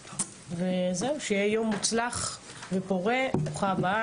שיהיה יום מוצלח ופורה, ברוכה הבאה